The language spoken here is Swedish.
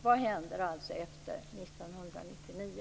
Vad händer alltså efter 1999?